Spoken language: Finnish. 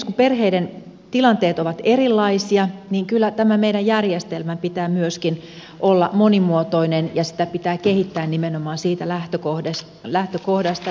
kun perheiden tilanteet ovat erilaisia niin kyllä tämän meidän järjestelmämme pitää myöskin olla monimuotoinen ja sitä pitää kehittää nimenomaan siitä lähtökohdasta